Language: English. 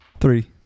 Three